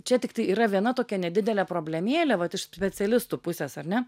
čia tiktai yra viena tokia nedidelė problemėlė vat iš specialistų pusės ar ne